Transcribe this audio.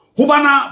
Hubana